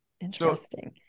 Interesting